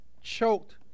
choked